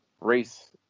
race